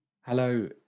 Hello